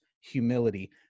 humility